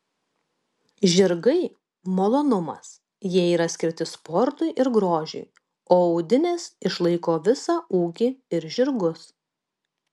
žirgai malonumas jie yra skirti sportui ir grožiui o audinės išlaiko visą ūkį ir žirgus